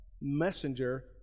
messenger